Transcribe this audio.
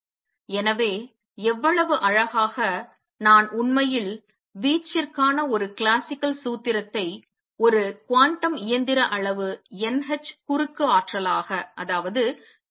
எனவே எவ்வளவு அழகாக நான் உண்மையில் வீச்சிற்கான ஒரு கிளாசிக்கல் சூத்திரத்தை ஒரு குவாண்டம் இயந்திர அளவு n h குறுக்கு ஆற்றலாக மாற்றியுள்ளேன்